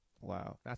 Wow